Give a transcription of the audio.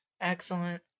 Excellent